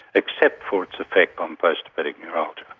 except for its effect on postherpetic neuralgia.